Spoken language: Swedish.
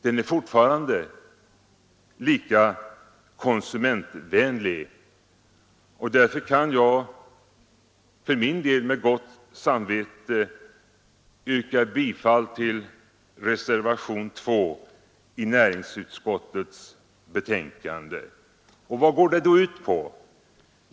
Den är fortfarande lika konsumentvänlig, och därför kan jag med gott samvete yrka bifall till reservationen 2 vid näringsutskottets betänkande nr 40. Vad går då reservationen ut på?